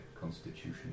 constitution